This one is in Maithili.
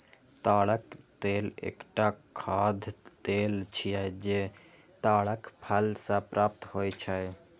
ताड़क तेल एकटा खाद्य तेल छियै, जे ताड़क फल सं प्राप्त होइ छै